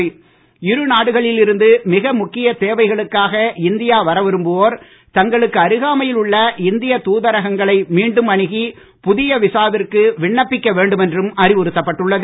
இந்நாடுகளில் இருந்து மிக முக்கிய தேவைகளுக்காக இந்தியா வரவிரும்புவோர் தங்களுக்கு அருகாமையில் உள்ள இந்தியத் தூதரகங்களை மீண்டும் அணுகி புதிய விசாவிற்கு விண்ணப்பிக்க வேண்டும் என்றும் அறிவுறுத்தப்பட்டுள்ளது